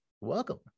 welcome